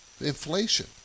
inflation